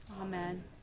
Amen